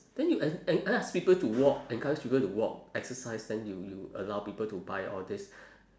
then you en~ en~ ask people to walk encourage people to walk exercise then you you allow people to buy all these